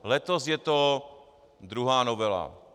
Letos je to druhá novela...